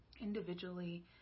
individually